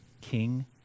king